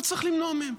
לא צריך למנוע מהם.